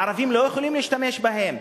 הערבים לא יכולים להשתמש בהן,